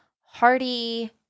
hearty